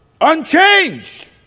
unchanged